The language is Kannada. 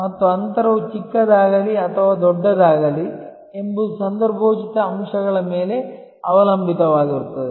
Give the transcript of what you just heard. ಮತ್ತು ಅಂತರವು ಚಿಕ್ಕದಾಗಲಿ ಅಥವಾ ದೊಡ್ಡದಾಗಲಿ ಎಂಬುದು ಸಂದರ್ಭೋಚಿತ ಅಂಶಗಳ ಮೇಲೆ ಅವಲಂಬಿತವಾಗಿರುತ್ತದೆ